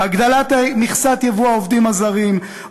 הגדלת מכסת ייבוא העובדים הזרים,